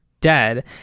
dead